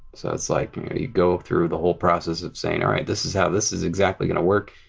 so so like you go through the whole process of saying alright, this is how this is exactly going to work.